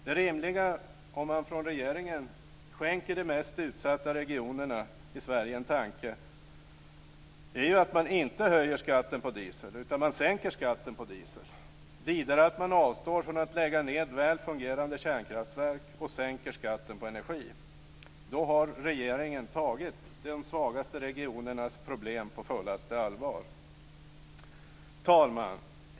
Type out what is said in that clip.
Det rimliga, om regeringen skänker de mest utsatta regionerna i Sverige en tanke, är ju att man inte höjer skatten på diesel utan sänker skatten på diesel, vidare att man avstår från att lägga ned väl fungerande kärnkraftverk och sänker skatten på energi. Då har regeringen tagit de svagaste regionernas problem på fullaste allvar. Fru talman!